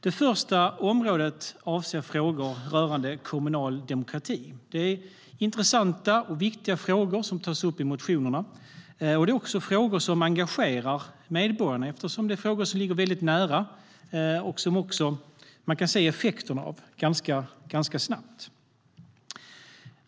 Det första området avser frågor rörande kommunal demokrati. Det är intressanta och viktiga frågor som tas upp i motionerna. Det är också frågor som engagerar medborgarna eftersom det är frågor som ligger nära och som man snabbt kan se effekterna av.